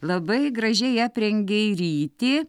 labai gražiai aprengei rytį